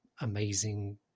amazing